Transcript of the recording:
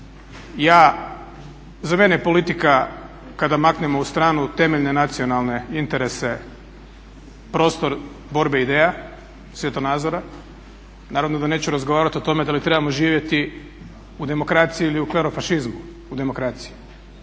Ja, za mene je politika kada maknemo u stranu temeljne nacionalne interese, prostor borbe i ideja, svjetonazora. Naravno da neću razgovarati o tome da li trebamo živjeti u demokraciji ili u klero fašizmu u demokraciji.